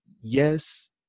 yes